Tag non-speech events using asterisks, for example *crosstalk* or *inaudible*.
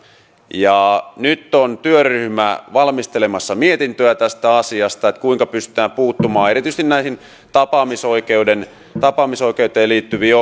nyt on työryhmä valmistelemassa mietintöä tästä asiasta kuinka pystytään puuttumaan erityisesti näihin tapaamisoikeuteen tapaamisoikeuteen liittyviin *unintelligible*